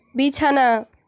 বিছানা